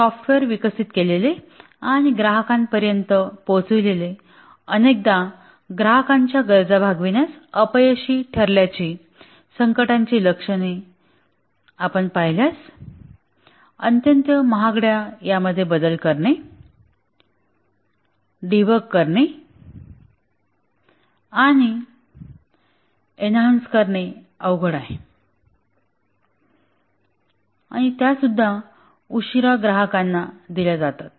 software विकसित केलेले आणि ग्राहकांपर्यंत पोचविलेले अनेकदा ग्राहकांच्या गरजा भागविण्यास अपयशी ठरल्याची संकटाची लक्षणे आपण पाहिल्यास अत्यंत महागड्या यामध्ये बदल करणे डिबग करणे आणि एन्हान्स करणे अवघड आहे आणि त्या सुद्धा उशीरा ग्राहकांना दिले जातात